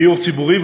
דיור ציבורי.